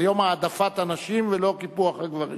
זה יום העדפת הנשים ולא קיפוח הגברים.